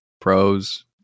pros